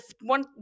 one